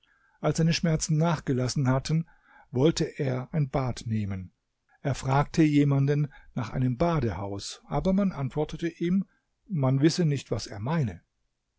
als seine schmerzen nachgelassen hatten wollte er ein bad nehmen er fragte jemanden nach einem badehaus aber man antwortete ihm man wisse nicht was er meine